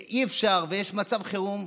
ואי-אפשר, ויש מצב חירום,